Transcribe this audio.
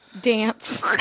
Dance